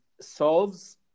solves